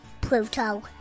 Pluto